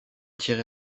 tirer